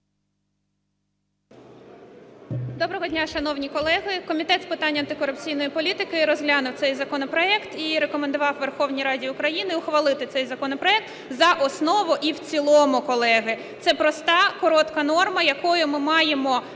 Доброго дня, шановні колеги! Комітет з питань антикорупційної політики розглянув цей законопроект і рекомендував Верховній Раді України ухвалити цей законопроект за основу і в цілому, колеги. Це проста, коротка норма, якою ми маємо